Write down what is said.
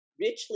richly